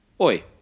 Oi